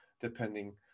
depending